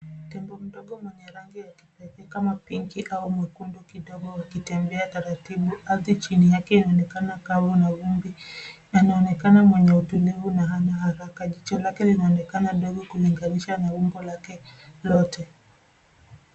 Tembo mdogo mwenye rangi ya kipekee kama pinki au mwekundu kidogo akitembea taratibu. Ardhi chini yake inaonekana kavu na vumbi. Anaonekana mwenye utulivu na hana haraka. Jicho lake linaonekana dogo kulinganisha na umbo lake lote.